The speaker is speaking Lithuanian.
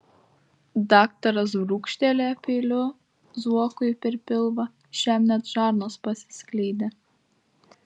daktaras brūkštelėjo peiliu zuokui per pilvą šiam net žarnos pasiskleidė